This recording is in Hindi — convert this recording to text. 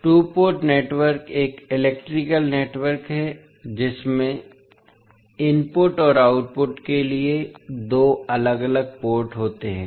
टू पोर्ट नेटवर्क एक इलेक्ट्रिकल नेटवर्क है जिसमें इनपुट और आउटपुट के लिए दो अलग अलग पोर्ट होते हैं